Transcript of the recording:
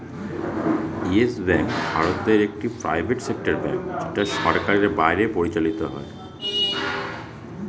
yes Bank ভারতে একটি private sector bank যেটা সরকারের বাইরে পরিচালত হয়